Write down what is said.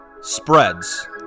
spreads